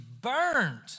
burned